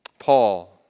Paul